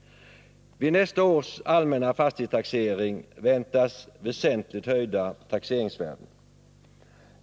Vid nästa års allmänna fastighetstaxering väntas väsentligt höjda taxeringsvärden.